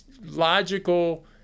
logical